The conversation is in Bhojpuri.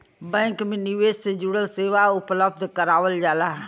बैंक में निवेश से जुड़ल सेवा उपलब्ध करावल जाला